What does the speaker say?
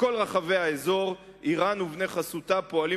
בכל רחבי האזור אירן ובני חסותה פועלים